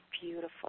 beautiful